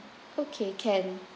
okay can